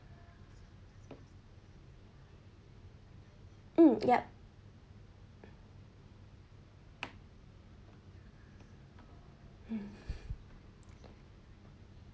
mm yup